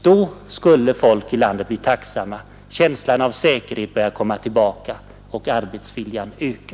Då skulle folk i landet bli tacksamma, känslan av säkerhet börja komma tillbaka och arbetsviljan öka.